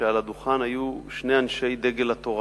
שעל הדוכן היו שני אנשי דגל התורה,